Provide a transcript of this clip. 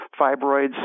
fibroids